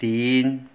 तीन